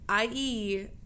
IE